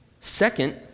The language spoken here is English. Second